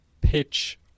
Pitch